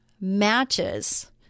matches